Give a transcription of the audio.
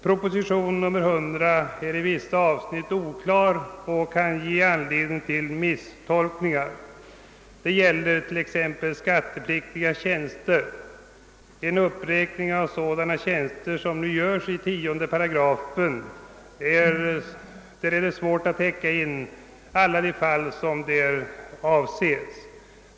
Proposition nr 100 är i vissa avsnitt oklar och kan ge anledning till misstolkningar; det gäller t.ex. i fråga om skattepliktiga tjänster. I en sådan uppräkning av dylika tjänster som nu göres i 10 8 är det svårt att täcka alla de fall som avses.